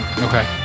Okay